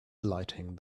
lighting